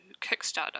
kickstarter